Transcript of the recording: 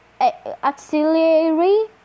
auxiliary